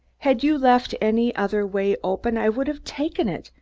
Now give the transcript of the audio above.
had you left any other way open, i would have taken it,